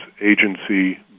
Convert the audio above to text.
agency